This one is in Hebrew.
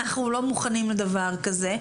אנחנו לא מוכנים לדבר כזה.